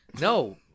No